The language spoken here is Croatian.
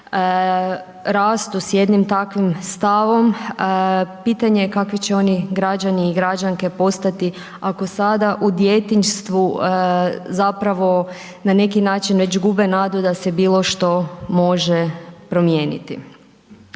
sada rastu sa jednim takvim stavom pitanje je kakvi će oni građani i građanke postati ako sada u djetinjstvu zapravo na neki način već gube nadu da se bilo što može promijeniti.